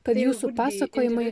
kad jūsų pasakojimai